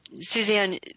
Suzanne